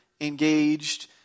engaged